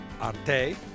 Arte